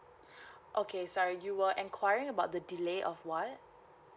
okay sorry you were enquiring about the delay of what